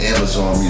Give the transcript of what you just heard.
Amazon